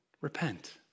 Repent